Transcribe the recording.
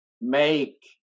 make